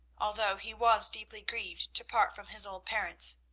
although he was deeply grieved to part from his old parents.